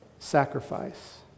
sacrifice